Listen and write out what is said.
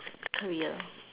career